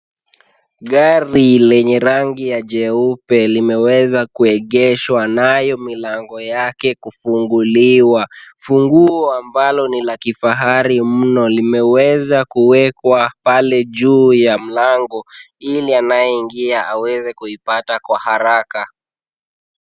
Gari lenye rangi ya jeupe limeweza kuegeshwa nayo milango yake kufunguliwa. Funguo ambalo ni la kifahari mno limeweza kuwekwa pale juu ya mlango ili anayeingia aweze kuipata kwa haraka.